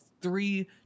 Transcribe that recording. three